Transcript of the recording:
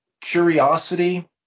curiosity